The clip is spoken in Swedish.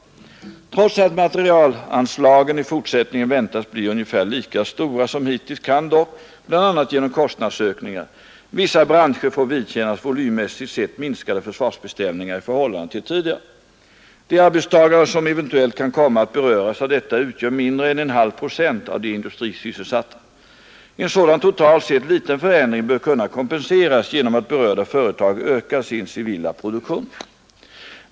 Trots att materielanslagen i fortsättningen väntas bli ungefär lika stora som hittills kan dock — bl.a. genom kostnadsökningar — vissa branscher få vidkännas volymmässigt sett minskade försvarsbeställningar i förhållande till tidigare. De arbetstagare som eventuellt kan komma att beröras av detta utgör mindre än en halv procent av de industrisysselsatta. En sådan totalt sett liten förändring bör kunna kompenseras genom att berörda företag ökar sin civila produktion.